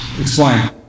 Explain